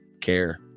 care